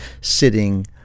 sitting